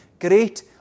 great